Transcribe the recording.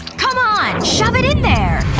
come on, shove it in there!